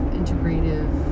integrative